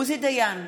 עוזי דיין,